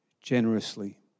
generously